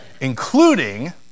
Including